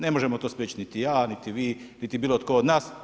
Ne možemo to spriječiti niti ja niti vi, niti bilo tko od nas.